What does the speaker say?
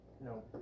No